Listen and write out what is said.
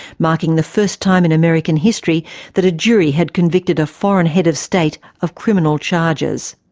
marking the first time in american history that a jury had convicted a foreign head of state of criminal charges.